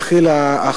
כבר כנסת שנייה.